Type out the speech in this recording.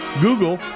Google